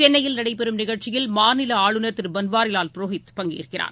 சென்னையில் நடைபெறும் நிகழ்ச்சியில் மாநிலஆளுநர் திருபன்வாரிவால் புரோகித் பங்ககேற்கிறார்